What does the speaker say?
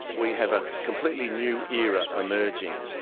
we have a completely new era emerging.